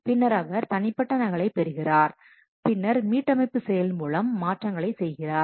பின்னர் அவர் தனிப்பட்ட நகலை பெறுகிறார் பின்னர் மீட்டு அமைப்பு செயல் மூலம் மாற்றங்களை செய்கிறார்